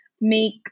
make